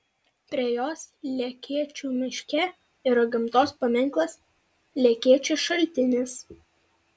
prie jos lekėčių miške yra gamtos paminklas lekėčių šaltinis